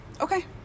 Okay